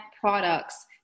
products